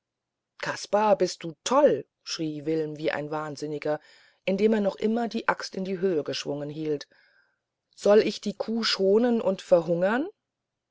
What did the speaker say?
kaspar bist du toll schrie wilm wie ein wahnsinniger indem er noch immer die axt in die höhe geschwungen hielt soll ich die kuh schonen und verhungern